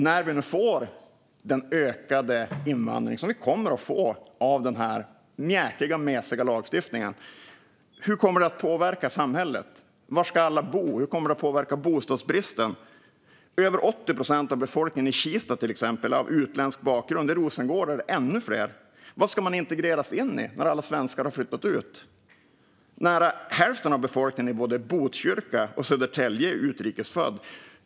När vi nu får den ökade invandring som vi kommer att få med den här mjäkiga och mesiga lagstiftningen, hur kommer det att påverka samhället? Var ska alla bo? Hur kommer det att påverka bostadsbristen? Över 80 procent av befolkningen i Kista till exempel är av utländsk bakgrund. I Rosengård är det ännu fler. Vad ska man integreras in i när alla svenskar har flyttat ut? Nära hälften av befolkningen i både Botkyrka och Södertälje är utrikesfödd.